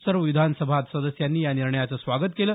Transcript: सर्व विधानसभा सदस्यांनी या निर्णयाचं स्वागत केलं